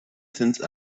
since